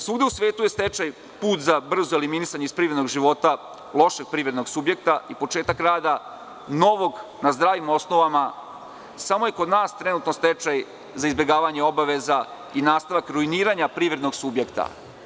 Svuda u svetu je stečaj put za brzo eliminisanje iz privrednog života lošeg privrednog subjekta i početak rada novog na zdravim osnovama, a samo je kod nas trenutno stečaj za izbegavanje obaveza i nastavak ruiniranja privrednog subjekta.